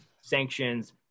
sanctions